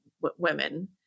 women